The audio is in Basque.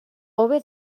hobe